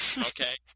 okay